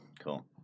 Cool